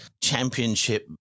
championship